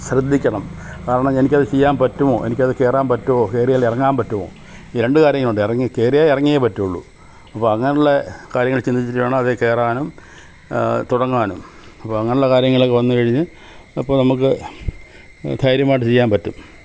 ശ്രദ്ധിക്കണം കാരണം എനിക്കത് ചെയ്യാൻ പറ്റുമോ എനിക്കതില് കയറാൻ പറ്റുമോ കയറിയാലിറങ്ങാൻ പറ്റുമോ ഈ രണ്ടുകാര്യങ്ങളുണ്ട് ഇറങ്ങി കയറിയാലിറങ്ങിയെ പറ്റുള്ളു അപ്പങ്ങനുള്ളെ കാര്യങ്ങള് ചിന്തിച്ചിട്ട് വേണം അതേക്കയറാനും തുടങ്ങാനും അപ്പങ്ങനുള്ള കാര്യങ്ങള് വന്നുകഴിഞ്ഞ് അപ്പോള് നമുക്ക് ധൈര്യമായിട്ട് ചെയ്യാമ്പറ്റും